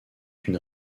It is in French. une